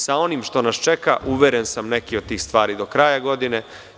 Sa onim što nas čeka uveren sad neke od tih stvari do kraja godine će biti.